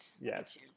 yes